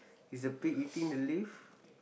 is the pig eating the leaf